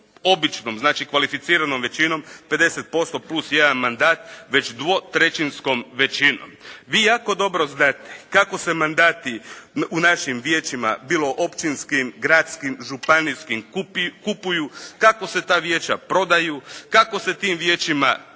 običnom, znači kvalificiranom većinom 50% plus jedan mandat, već 2/3 većinom. Vi jako dobro znate kako se mandati u našim vijećima, bilo općinskim, gradskim, županijskim kupuju, kako se ta vijeća prodaju, kako se tim vijećima